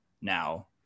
now